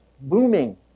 booming